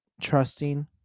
trusting